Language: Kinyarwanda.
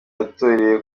yatoreye